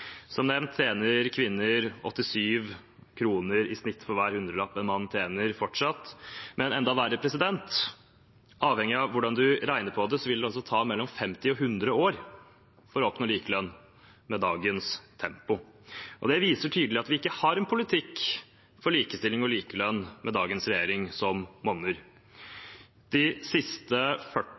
Som nevnt tjener fortsatt kvinner 87 kroner i snitt for hver hundrelapp en mann tjener. Men enda verre er det at det, avhengig av hvordan man regner på det, altså vil ta mellom 50 og 100 år for å oppnå likelønn med dagens tempo. Det viser tydelig at vi ikke har en politikk for likestilling og likelønn som monner, med dagens regjering. De siste 40